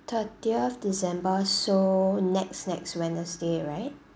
thirtieth december so next next wednesday right